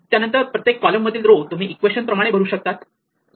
त्यानंतर प्रत्येक एक कॉलम मधील रो तुम्ही इक्वेशन प्रमाणे भरू शकतात